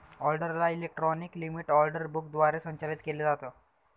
ऑर्डरला electronic limit order book द्वारे संचालित केलं जातं